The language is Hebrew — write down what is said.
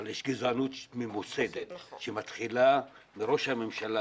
אבל יש גזענות ממוסדת שמתחילה מראש הממשלה